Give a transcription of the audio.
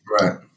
Right